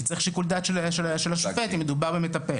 כי צריך שיקול דעת של השופט אם מדובר במטפל.